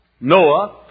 Noah